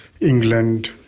England